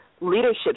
Leadership